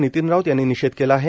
नितीन राऊत यांनी निषेध केला आहे